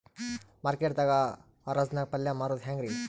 Market ದಾಗ್ ಹರಾಜ್ ನಾಗ್ ಪಲ್ಯ ಮಾರುದು ಹ್ಯಾಂಗ್ ರಿ?